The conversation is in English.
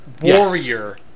warrior